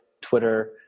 Twitter